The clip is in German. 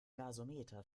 gasometer